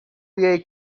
jej